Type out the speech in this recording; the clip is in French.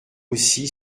aussi